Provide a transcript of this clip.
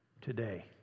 today